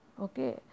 okay